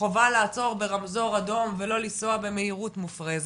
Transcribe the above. חובה לעצור ברמזור אדום ולא לנסוע במהירות מופרזת.